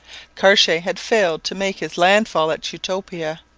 cartier had failed to make his landfall at utopia,